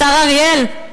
השר אריאל,